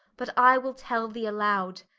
but i will tell thee alowd,